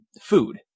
food